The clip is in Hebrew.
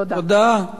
תודה.